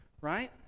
Right